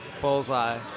Bullseye